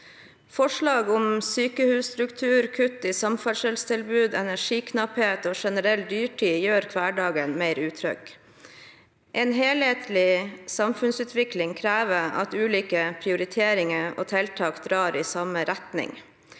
Forslag om sykehusstruktur, kutt i samferdselstilbud, energiknapphet og generell dyrtid gjør hverdagen mer utrygg. En helhetlig samfunnsutvikling krever at ulike prioriteringer og tiltak drar i samme retning.